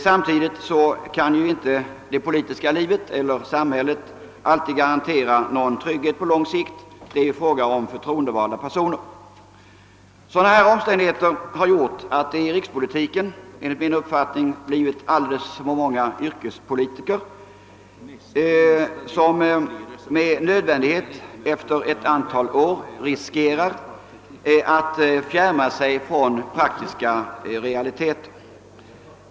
Samtidigt kan de politiska organisationerna eller samhället inte alltid garantera någon trygghet på lång sikt — det är ju fråga om förtroendevalda personer. Sådana omständigheter har gjort att det i rikspolitiken enligt min mening blivit alldeles för många yrkespolitiker som med nödvändighet efter ett antal år riskerar att fjärma sig från praktiska realiteter.